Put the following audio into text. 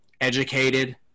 educated